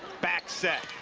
back set.